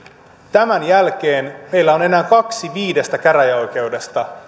tämän jälkeen meillä on enää kaksi viidestä käräjäoikeudesta